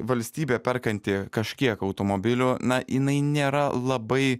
valstybė perkanti kažkiek automobilių na jinai nėra labai